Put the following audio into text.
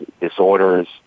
disorders